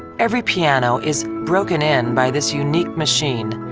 every piano is broken in by this unique machine.